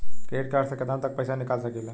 Credit card से केतना तक पइसा निकाल सकिले?